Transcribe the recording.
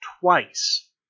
twice